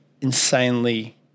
insanely